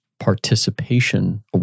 Participation